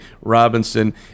Robinson